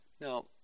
Now